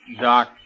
Doc